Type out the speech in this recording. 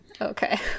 Okay